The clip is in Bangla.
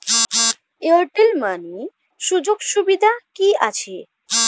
এয়ারটেল মানি সুযোগ সুবিধা কি আছে?